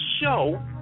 show